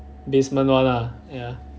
basement one ah ya